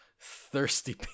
thirsty